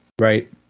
right